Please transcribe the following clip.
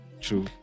True